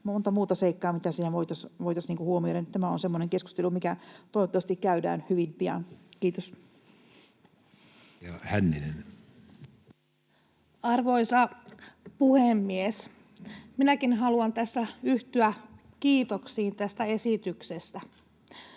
monta muuta seikkaa, mitä siinä voitaisiin huomioida. Tämä on semmoinen keskustelu, mikä toivottavasti käydään hyvin pian. — Kiitos. Edustaja Hänninen. Arvoisa puhemies! Minäkin haluan tässä yhtyä kiitoksiin tästä esityksestä.